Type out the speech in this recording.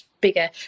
bigger